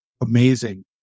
amazing